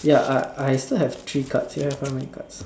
ya I I still have three cards you have how many cards